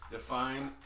Define